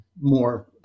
more